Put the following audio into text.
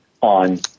on